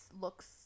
looks